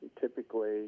Typically